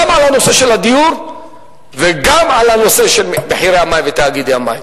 גם על הנושא של הדיור וגם על נושא מחירי המים ותאגידי המים.